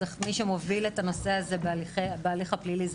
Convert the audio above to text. מי שמוביל את הנושא הזה בהליך הפלילי זה